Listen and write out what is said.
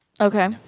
Okay